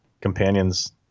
companions